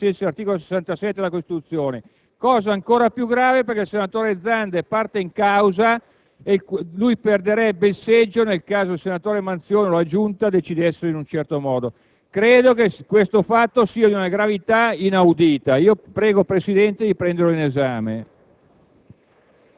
esercitare le sue funzioni ai sensi dell'articolo 67 della Costituzione, e questo fatto è ancor più grave perché il senatore Zanda è parte in causa in quanto perderebbe il seggio nel caso in cui il senatore Manzione o la Giunta decidessero in un certo modo. Credo sia un fatto di una gravità inaudita e la prego, Presidente, di prenderlo in esame.